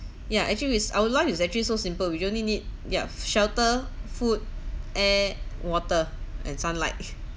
ya actually is our life is actually so simple we only need yeah shelter food air water and sunlight